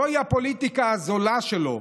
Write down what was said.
זוהי הפוליטיקה הזולה שלו,